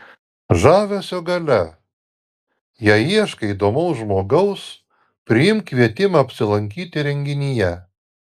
žavesio galia jei ieškai įdomaus žmogaus priimk kvietimą apsilankyti renginyje